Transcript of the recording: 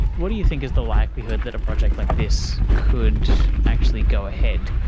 what do you think is the likelihood that a project like this could actually go ahead?